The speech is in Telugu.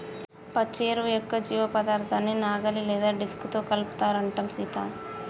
పచ్చి ఎరువు యొక్క జీవపదార్థాన్ని నాగలి లేదా డిస్క్ తో కలుపుతారంటం సీత